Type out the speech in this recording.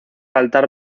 altar